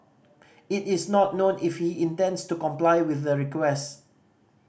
it is not known if he intends to comply with the request